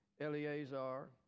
Eleazar